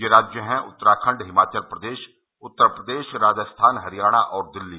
ये राज्य हैं उत्तराखंड हिमाचल प्रदेश उत्तर प्रदेश राजस्थान हरियाणा और दिल्ली